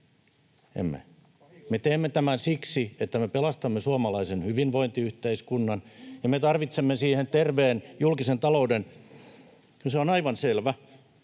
Emme. Me teemme tämän siksi, että me pelastamme suomalaisen hyvinvointiyhteiskunnan, ja me tarvitsemme siihen terveen julkisen talouden. Kyllä se on aivan selvä